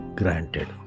granted